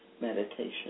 meditation